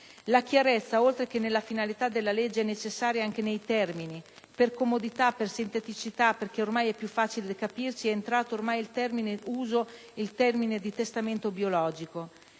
La chiarezza, oltre che nelle finalità della legge, è necessaria anche nei termini. Per comodità, per sinteticità, perché è più facile da capire, è entrato in uso il termine testamento biologico.